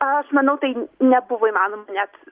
aš manau tai nebuvo įmanoma net